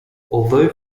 although